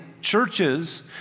churches